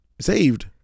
saved